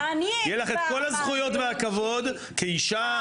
יהיה לך את כל הזכויות והכבוד כאישה,